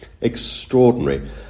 Extraordinary